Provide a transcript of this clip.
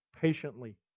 patiently